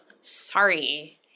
Sorry